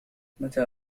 متى